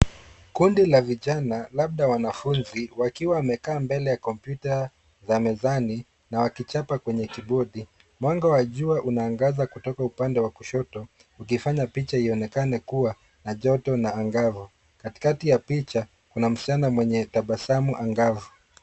Kundi la vijana labda wanafuzi wakiwa wamekaa mbele ya kompyuta ya mezani wakichapa kwenye kibodi . Mwanga wa jua unaangaza kutoka upande wa kushoto ukifanya picha ionekane kuwa na joto na angavu. Katikati ya picha kuna msichana mwenye tabasamu angavu.